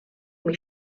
mit